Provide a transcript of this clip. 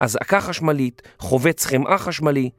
אזעקה חשמלית, חובץ חמאה חשמלי